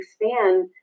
expand